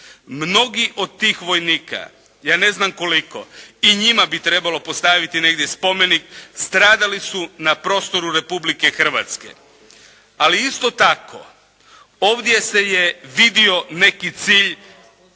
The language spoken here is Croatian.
Mnogi od tih vojnika, ja ne znam koliko, i njima bi trebalo postaviti negdje spomenik stradali su na prostoru Republike Hrvatske. Ali isto tako ovdje se je vidio neki cilj